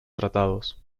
tratados